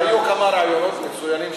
היו כמה רעיונות מצוינים,